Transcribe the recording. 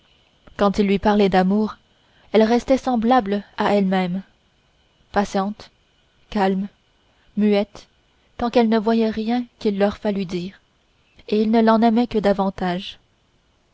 quand ils lui parlaient d'amour elle restait semblable à elle-même patiente calme muette tant qu'elle ne voyait rien qu'il leur fallût dire et ils ne l'en aimaient que davantage